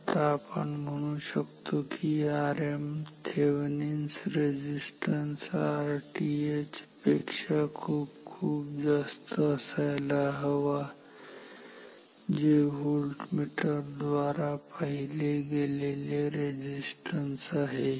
आता आपण म्हणू शकतो की Rm Thevenin resistance Thevenin's resistance Rth पेक्षा खूप खूप जास्त असायला हवा जे व्होल्टमीटर द्वारा पाहिले गेलेले रेझिस्टन्स आहे